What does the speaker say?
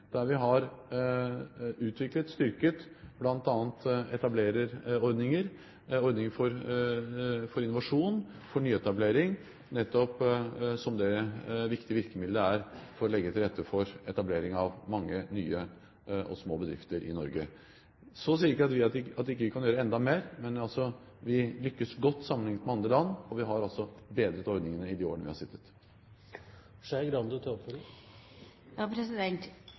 der vi har utviklet og styrket bl.a. etablererordninger. Det er ordninger for innovasjon, for nyetablering, nettopp som det viktige virkemiddelet det er for å legge til rette for etablering av mange nye og små bedrifter i Norge. Jeg sier ikke at vi ikke kan gjøre enda mer, men vi lykkes godt sammenlignet med andre land, og vi har bedret ordningene i de årene vi har sittet.